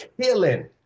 killing